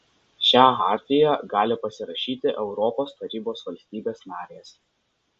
šią chartiją gali pasirašyti europos tarybos valstybės narės